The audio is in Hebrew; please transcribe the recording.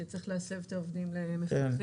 שצריך להסב את העובדים למפקחים.